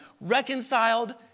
reconciled